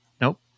Nope